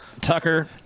Tucker